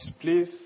please